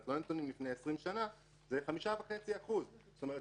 לא נתונים לפני 20 שנה זה 5.5%. זאת אומרת,